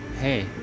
Hey